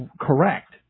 correct